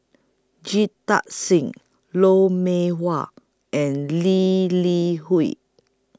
Jita Singh Lou Mee Wah and Lee Li Hui